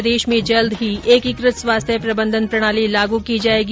प्रदेश में जल्द ही एकीकृत स्वास्थ्य प्रबंधन प्रणाली लागू की जायेगी